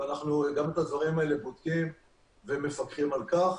וגם את הדברים האלה אנחנו בודקים ומפקחים על כך.